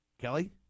kelly